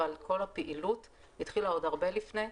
אבל כל הפעילות החלה עוד הרבה לפני.